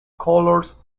colours